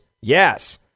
Yes